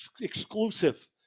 exclusive